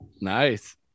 nice